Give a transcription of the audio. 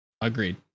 Agreed